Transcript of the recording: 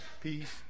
peace